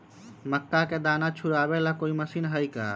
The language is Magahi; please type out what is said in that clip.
मक्का के दाना छुराबे ला कोई मशीन हई का?